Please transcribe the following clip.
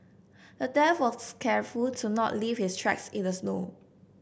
the thief was careful to not leave his tracks in the snow